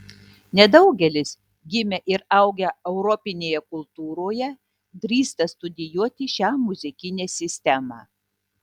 nedaugelis gimę ir augę europinėje kultūroje drįsta studijuoti šią muzikinę sistemą